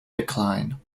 decline